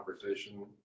conversation